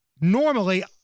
normally